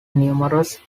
numerous